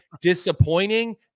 Disappointing